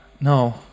No